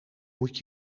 moet